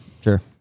Sure